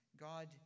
God